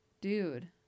Dude